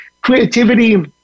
creativity